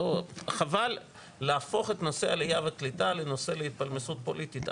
חבל להפוך את נושא העלייה והקליטה לנושא להתפלמסות פוליטית.